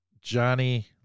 Johnny